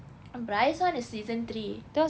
bryce [one] is season three